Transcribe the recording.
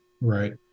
Right